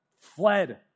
fled